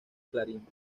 clarín